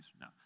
No